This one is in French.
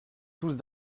tous